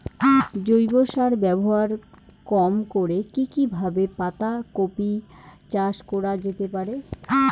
জৈব সার ব্যবহার কম করে কি কিভাবে পাতা কপি চাষ করা যেতে পারে?